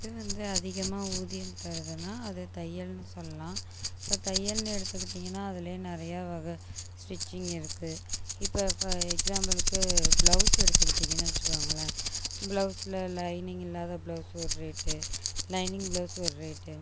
எது வந்து அதிகமாக ஊதியம் தருதுன்னா அது தையல்னு சொல்லலாம் இப்போ தையல்னு எடுத்துக்கிட்டீங்கன்னால் அதில் நிறைய வகை ஸ்டிச்சிங் இருக்குது இப்போ ப எக்ஸாம்பிளுக்கு பிளவுஸ் எடுத்துக்கிட்டீங்கனு வச்சிகோங்களன் பிளவுஸில் லைனிங் இல்லாத பிளவுஸ் ஒரு ரேட்டு லைனிங் பிளவுஸ் ஒரு ரேட்டு